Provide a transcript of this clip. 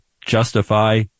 justify